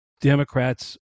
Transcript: Democrats